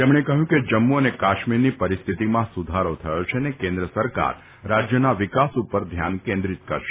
તેમણે કહ્યું કે જમ્મુ અને કાશ્મીરની પરિસ્થિતિમાં સુધારો થયો છે અને કેન્દ્ર સરકાર રાજ્યના વિકાસ ઉપર ધ્યાન કેન્દ્રિત કરશે